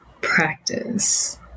practice